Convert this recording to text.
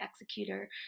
executor